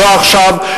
לא עכשיו,